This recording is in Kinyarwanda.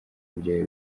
byawe